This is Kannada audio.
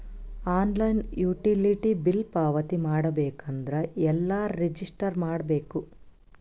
ಆನ್ಲೈನ್ ಯುಟಿಲಿಟಿ ಬಿಲ್ ಪಾವತಿ ಮಾಡಬೇಕು ಅಂದ್ರ ಎಲ್ಲ ರಜಿಸ್ಟರ್ ಮಾಡ್ಬೇಕು?